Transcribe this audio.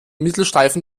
mittelstreifen